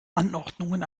anordnungen